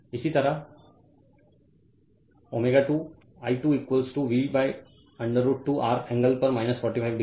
Refer Slide Time 2955 इसी तरह ω2 I 2 V √2 R angle पर 45 डिग्री